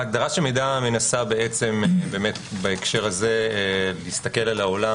ההגדרה של "מידע" מנסה בהקשר הזה להסתכל על העולם